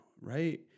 right